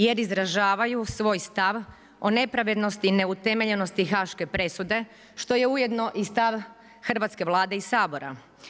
Jer izražavaju svoj stav o nepravilnosti i o neutemeljenosti haške presude, što je ujedno i stav Hrvatske vlade i Sabora.